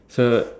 so